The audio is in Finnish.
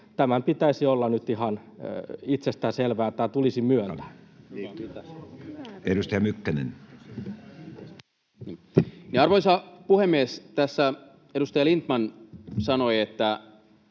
Tämän pitäisi olla nyt ihan itsestäänselvää, tämä tulisi myöntää. Edustaja Mykkänen. Arvoisa puhemies! Tässä edustaja Lindtman sanoi, että